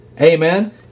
Amen